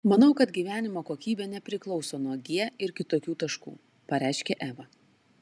manau kad gyvenimo kokybė nepriklauso nuo g ir kitokių taškų pareiškė eva